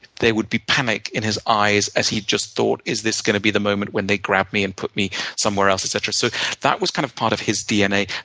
would be panic in his eyes as he just thought, is this gonna be the moment when they grab me and put me somewhere else, etc. so that was kind of part of his dna.